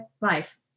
life